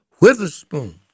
Witherspoon